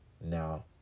Now